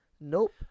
Nope